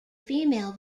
female